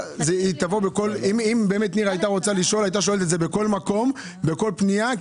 היתה שואלת את זה בכל מקום בכל פנייה.